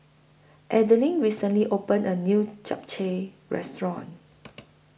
Adelyn recently opened A New Japchae Restaurant